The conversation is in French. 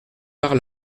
par